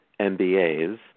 MBAs